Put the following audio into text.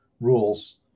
rules